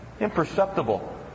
Imperceptible